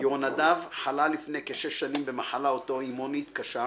יהונדב חלה לפני כשש שנים במחלה אוטואימונית קשה,